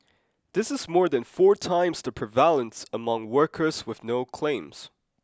this is more than four times the prevalence among workers with no claims